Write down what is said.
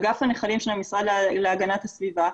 אגף הנחלים של המשרד להגנת הסביבה,